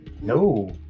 No